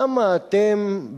למה אתם,